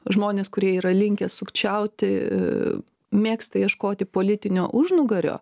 žmonės kurie yra linkę sukčiauti mėgsta ieškoti politinio užnugario